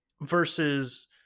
versus